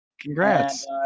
Congrats